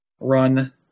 run